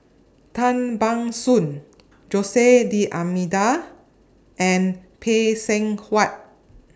Tan Ban Soon Jose D'almeida and Phay Seng Whatt